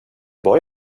boy